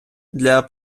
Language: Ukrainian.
для